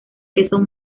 queso